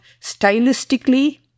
stylistically